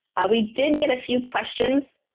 we did get a few questions,